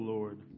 Lord